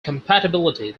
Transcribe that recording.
compatibility